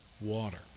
water